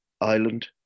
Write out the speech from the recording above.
island